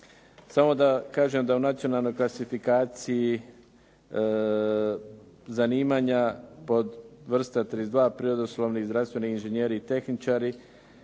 Samo da kažem da u nacionalnoj klasifikaciji zanimanja pod vrsta 32 prirodoslovni i zdravstveni inžinjeri i tehničari